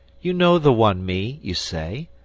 you know the one me, you say,